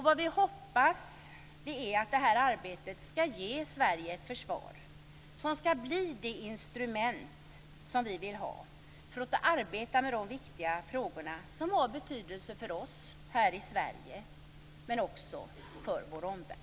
Vi hoppas att arbetet ska ge Sverige ett försvar som ska bli det instrument som vi vill ha för att arbeta med de viktiga frågor som har betydelse för oss här i Sverige men också för vår omvärld.